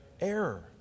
error